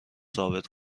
ثابت